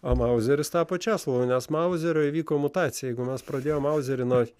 o mauzeris tapo česlovu nes mauzerio įvyko mutacija jeigu mes pradėjom m auzerį nuo